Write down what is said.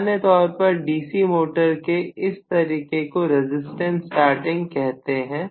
सामान्य तौर पर डीसी मोटर के इस तरीके को रजिस्टेंस स्टार्टिंग कहते हैं